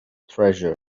treasure